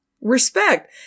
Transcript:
Respect